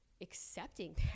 accepting